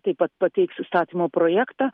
taip pat pateiks įstatymo projektą